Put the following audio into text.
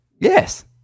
Yes